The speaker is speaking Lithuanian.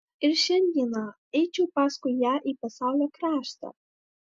ir šiandieną eičiau paskui ją į pasaulio kraštą